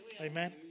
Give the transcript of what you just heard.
Amen